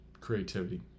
creativity